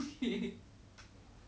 you know what I mean